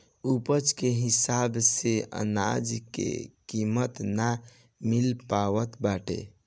उपज के हिसाब से अनाज के कीमत ना मिल पावत बाटे